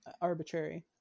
Arbitrary